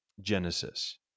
Genesis